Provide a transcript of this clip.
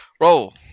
Roll